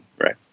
right